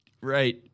Right